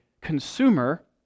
consumer